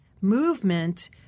movement